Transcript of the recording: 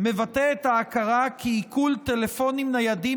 מבטא את ההכרה בכך שעיקול טלפונים ניידים